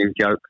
joke